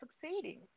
succeeding